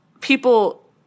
people